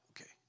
Okay